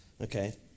Okay